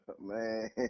Man